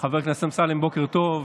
בוקר טוב.